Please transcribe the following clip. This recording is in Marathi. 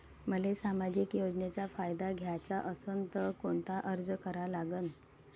मले सामाजिक योजनेचा फायदा घ्याचा असन त कोनता अर्ज करा लागन?